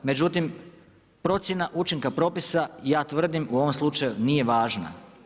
Međutim procjena učinka propisa i ja tvrdim u ovom slučaju nije važna.